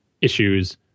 issues